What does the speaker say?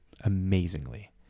amazingly